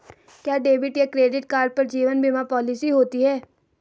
क्या डेबिट या credit card पर जीवन बीमा पॉलिसी होती है?